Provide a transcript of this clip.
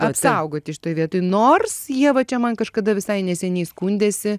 apsaugoti šitoj vietoj nors jie va čia man kažkada visai neseniai skundėsi